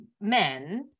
men